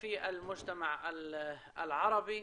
אנו מייחדים ישיבה זו לנושא חשוב מאוד,